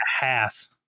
half